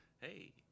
Hey